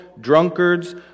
drunkards